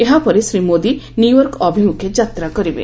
ଏହା ପରେ ଶ୍ରୀମୋଦି ନ୍ୟୁୟର୍କ ଅଭିମୁଖେ ଯାତ୍ରା କରିବେ